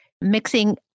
mixing